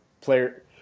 player